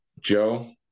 Joe